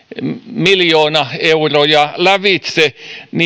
miljoonia euroja lävitse